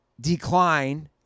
decline